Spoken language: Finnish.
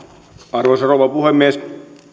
arvoisa rouva puhemies